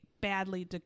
badly